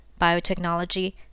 biotechnology